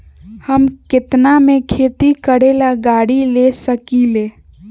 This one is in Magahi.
हम केतना में खेती करेला गाड़ी ले सकींले?